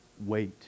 Wait